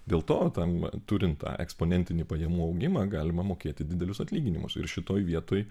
dėl to ten turint tą eksponentinį pajamų augimą galima mokėti didelius atlyginimus ir šitoje vietoj